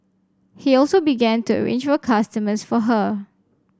he also began to arrange for customers for her